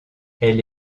elle